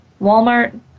Walmart